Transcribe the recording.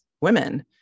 women